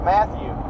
Matthew